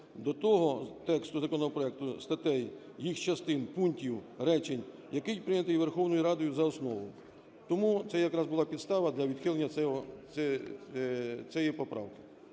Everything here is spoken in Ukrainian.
до того тексту законопроекту (статей, їх частин, пунктів, речень), який прийнятий Верховною Радою за основу. Тому це якраз була підстава для відхилення цієї поправки.